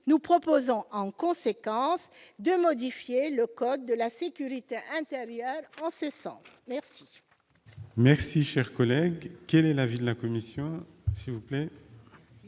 Nous proposons, en conséquence, de modifier le code de la sécurité intérieure en ce sens. Quel